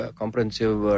comprehensive